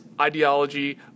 ideology